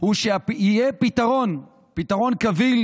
הוא שיהיה פתרון, פתרון קביל